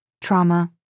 trauma